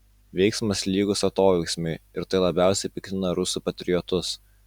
veiksmas lygus atoveiksmiui ir tai labiausiai piktina rusų patriotus